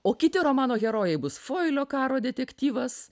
o kiti romano herojai bus foilio karo detektyvas